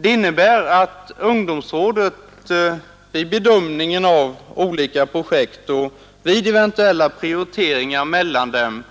Det innebär att ungdomsrådet vid bedömningen av olika projekt och vid eventuella prioriteringar mellan dem